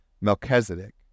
Melchizedek